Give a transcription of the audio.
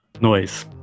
noise